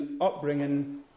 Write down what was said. upbringing